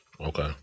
okay